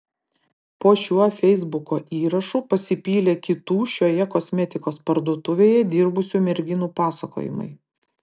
po šiuo feisbuko įrašu pasipylė kitų šioje kosmetikos parduotuvėje dirbusių merginų pasakojimai